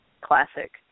classic